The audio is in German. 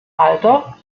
alter